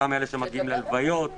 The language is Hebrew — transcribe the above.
אותם אלה שמגיעים ללוויות וכו'